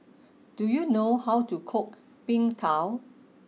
do you know how to cook Png Tao